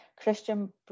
Christian